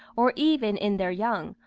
or even in their young,